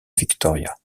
victoria